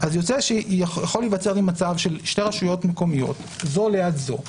יוצא שיכול להיווצר מצב של שתי רשויות מקומיות זו ליד זו,